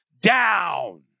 down